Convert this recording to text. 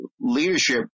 leadership